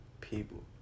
people